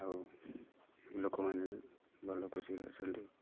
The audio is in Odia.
ଆଉ ଲୋକମାନେ ବି ଭଲ ଖୁସିରେ ଅଛନ୍ତି